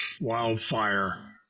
wildfire